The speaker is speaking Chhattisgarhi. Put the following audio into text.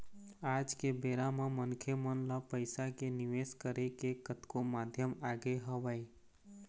आज के बेरा म मनखे मन ल पइसा के निवेश करे के कतको माध्यम आगे हवय